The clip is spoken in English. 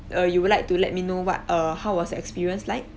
err you would like to let me know what err how was your experience like